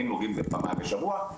היינו מגיעים פעמיים בשבוע,